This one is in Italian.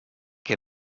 che